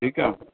ठीकु आहे